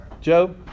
Joe